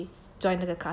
join 那个 class 而已